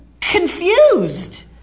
confused